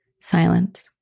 Silence